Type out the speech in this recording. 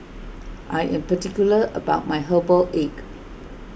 I am particular about my Herbal Egg